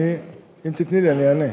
אם תיתני לי, אני אענה.